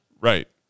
right